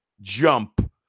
jump